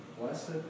Blessed